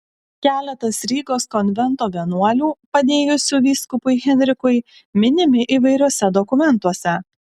keletas rygos konvento vienuolių padėjusių vyskupui henrikui minimi įvairiuose dokumentuose